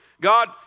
God